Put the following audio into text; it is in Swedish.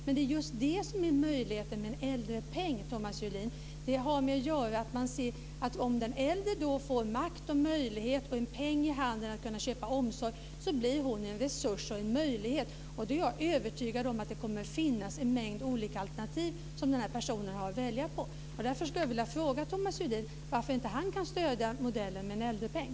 Men det är just där möjligheten finns med en äldrepeng, Thomas Julin. Det har att göra med att om den äldre får makt, möjlighet och en peng i handen för att köpa omsorg, blir hon en resurs och en möjlighet. Och jag är övertygad om att det kommer att finnas en mängd olika alternativ som denna person har att välja på. Därför skulle jag vilja fråga Thomas Julin varför han inte kan stödja modellen med en äldrepeng.